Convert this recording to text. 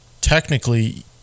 technically